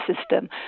system